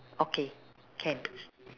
okay can